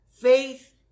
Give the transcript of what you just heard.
faith